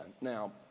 Now